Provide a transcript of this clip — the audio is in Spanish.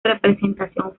representación